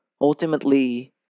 Ultimately